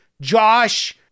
Josh